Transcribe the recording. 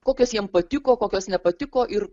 kokios jiem patiko kokios nepatiko ir